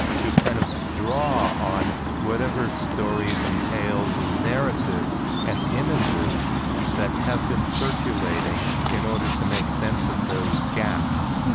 to kind of draw on whatever stories and tales and narratives and images that have been circulating in order to make sense of those gaps.